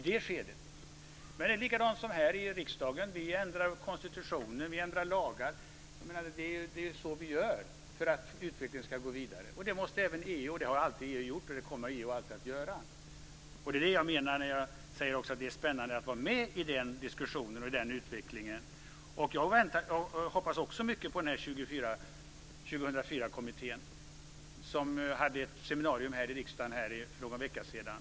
Det är likadant som här i riksdagen - vi ändrar konstitutionen och vi ändrar lagar. Det är ju så vi gör för att utvecklingen ska gå vidare. Det måste även EU göra. EU har alltid gjort det, och EU kommer alltid att göra det. Det är det jag menar när jag säger att det är spännande att vara med i diskussionen och utvecklingen. Jag hoppas också mycket på 2004-kommittén, som hade ett seminarium här i riksdagen för någon vecka sedan.